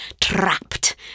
trapped